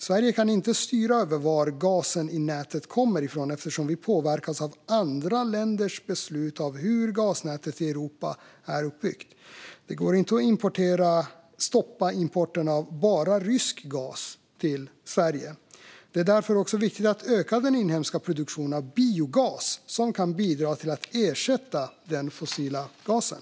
Sverige kan inte styra över var gasen i nätet kommer ifrån eftersom vi påverkas av andra länders beslut och av hur gasnätet i Europa är uppbyggt. Det går inte att stoppa importen av bara rysk gas till Sverige. Det är därför också viktigt att öka den inhemska produktionen av biogas som kan bidra till att ersätta den fossila gasen.